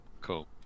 Cool